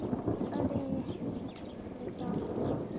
ᱟᱹᱰᱤ ᱞᱮᱠᱟᱱ